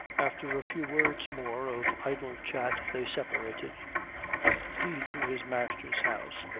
after a few words more of idle chat they separated he to his master's house,